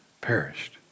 perished